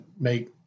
make